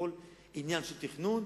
בכל עניין של תכנון.